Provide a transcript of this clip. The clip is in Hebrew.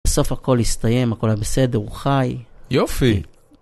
בסוף הכל הסתיים הכל בסדר הוא חי. יופי